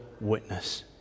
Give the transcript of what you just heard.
witness